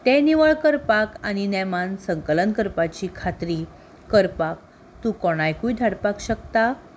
तें निवळ करपाक आनी नेमान संकलन करपाची खात्री करपाक तूं कोणाकूय धाडपाक शकता